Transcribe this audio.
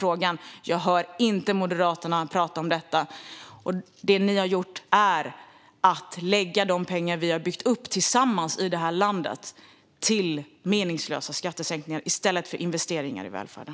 Jag hör inte Moderaterna tala om detta. Det ni har gjort är att lägga de pengar som vi har byggt upp tillsammans i det här landet på meningslösa skattesänkningar i stället för investeringar i välfärden.